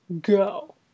go